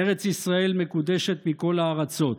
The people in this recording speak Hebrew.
"ארץ ישראל מקודשת מכל הארצות,